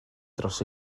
dros